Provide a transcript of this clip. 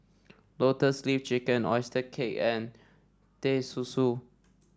Lotus Leaf Chicken oyster cake and Teh Susu